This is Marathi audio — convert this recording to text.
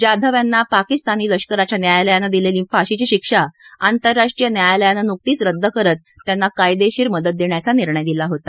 जाधव यांना पाकिस्तानी लष्कराच्या न्यायालयानं दिलेली फाशीची शिक्षा आंतरराष्ट्रीय न्यायालयानं नुकतीच रद्द करत त्यांना कायदेशीर मदत देण्याचा निर्णय दिला होता